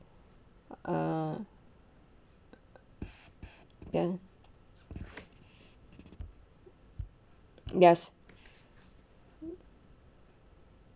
ah then yes